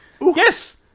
Yes